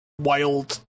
wild